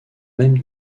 même